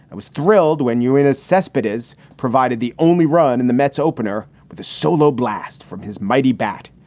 i was thrilled when you're in a cesspit is provided the only run in the mets opener with a solo blast from his mighty bat.